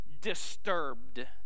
disturbed